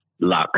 Luck